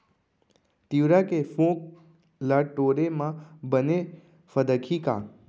तिंवरा के फोंक ल टोरे म बने फदकही का?